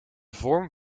vorm